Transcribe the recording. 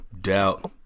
doubt